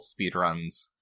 speedruns